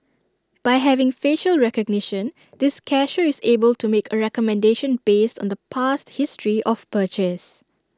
by having facial recognition this cashier is able to make A recommendation based on the past history of purchase